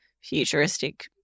futuristic